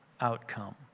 outcome